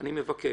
אני מבקש.